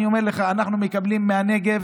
אני אומר לך, אנחנו מקבלים מהנגב